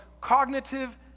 cognitive